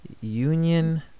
union